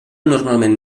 normalment